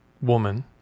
woman